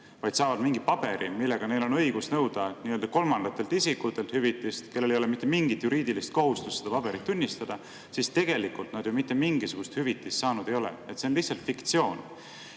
vaid saavad mingi paberi, millega neil on õigus nõuda hüvitist kolmandatelt isikutelt, kellel ei ole mitte mingit juriidilist kohustust seda paberit tunnistada, siis tegelikult nad ju mitte mingisugust hüvitist ei saa. See on lihtsalt fiktsioon.